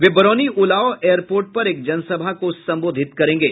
वे Barauni Ulao airport पर एक जनसभा को संबोधित करेंगे